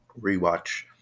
rewatch